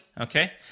Okay